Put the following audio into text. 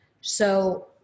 So-